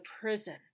prison